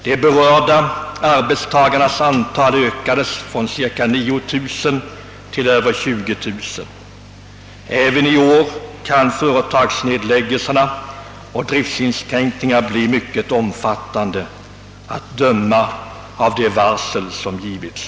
De berörda arbetstagarnas antal ökades från cirka 2000 till över 20000. även i år kan företagsnedläggningarna och driftsinskränkningarna bli mycket omfattande, att döma av de varsel som givits.